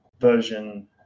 version